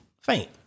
faint